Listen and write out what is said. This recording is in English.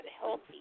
healthy